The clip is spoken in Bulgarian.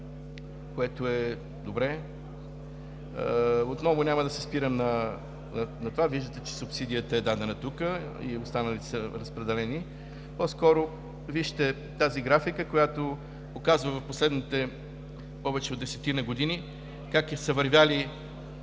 което е добре. Отново няма да се спирам на това. Виждате, че субсидията е дадена тук и останалите са разпределени. По-скоро вижте тази графика, която показва в последните повече от десетина година как е вървяло